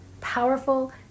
powerful